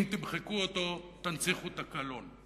אם תמחקו אותו, תנציחו את הקלון.